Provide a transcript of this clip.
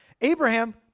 Abraham